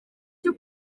cyo